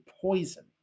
poison